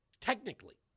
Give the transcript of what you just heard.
Technically